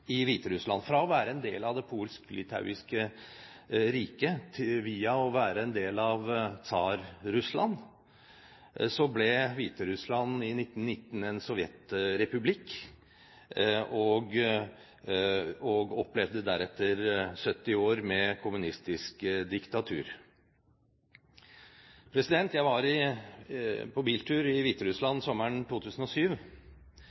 i Hviterussland. Fra å være en del av det polsk-litauiske riket via å være en del av Tsar-Russland ble Hviterussland i 1919 en sovjetrepublikk og opplevde deretter 70 år med kommunistisk diktatur. Jeg var på biltur i